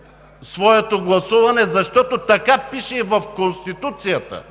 своето гласуване, защото така пише и в Конституцията,